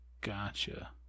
Gotcha